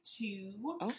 two